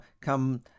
come